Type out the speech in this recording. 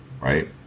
right